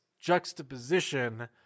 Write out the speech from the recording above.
juxtaposition